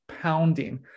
pounding